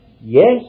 Yes